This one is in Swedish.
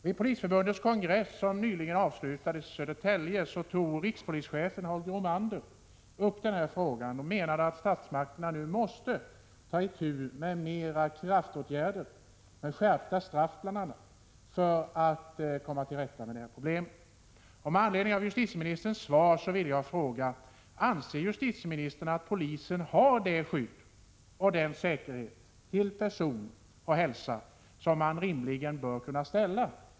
Vid Polisförbundets kongress, som nyligen avslutades i Norrtälje, tog rikspolischefen Holger Romander upp denna fråga och menade att statsmakterna nu måste tillgripa mer kraftåtgärder, bl.a. skärpta straff, för att komma till rätta med det här problemet.